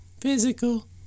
Physical